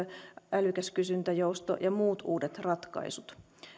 älykäs kysyntäjousto ja muut uudet ratkaisut